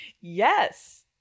Yes